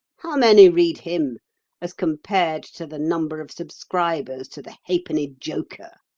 how many read him as compared to the number of subscribers to the ha'penny joker?